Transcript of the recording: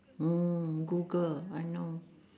hmm google I know